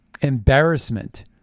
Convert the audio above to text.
embarrassment